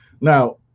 Now